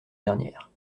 dernière